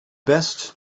best